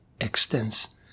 extends